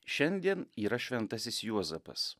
šiandien yra šventasis juozapas